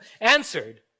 answered